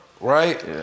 right